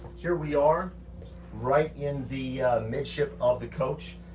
here we are right in the mid ship of the coach.